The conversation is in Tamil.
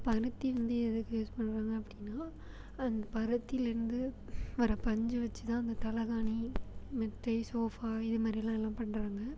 பருத்தி வந்து எதுக்கு யூஸ் பண்ணுறாங்க அப்படின்னா அந்த பருத்தியிலேருந்து வர பஞ்சு வச்சு தான் அந்த தலகாணி மெத்தை சோஃபா இதுமாரிலாம் எல்லா பண்ணுறாங்க